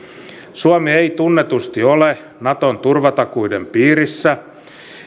suomi ei tunnetusti ole naton turvatakuiden piirissä